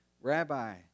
Rabbi